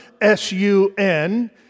S-U-N